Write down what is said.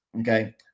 Okay